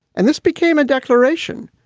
and this became a declaration.